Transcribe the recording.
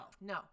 No